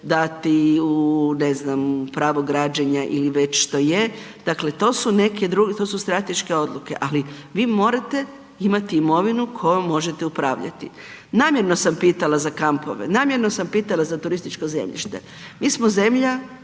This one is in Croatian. dati u ne znam pravo građenja ili već što je, dakle to su strateške odluke. Ali vi morate imati imovinu kojom možete upravljati. Namjerno sam pitala za kampove, namjerno sam pitala za turističko zemljište. Mi smo zemlja